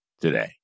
today